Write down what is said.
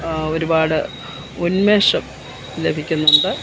ഒരുപാട് ഉന്മേഷം ലഭിക്കുന്നുണ്ട്